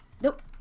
Nope